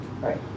right